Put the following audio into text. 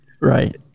Right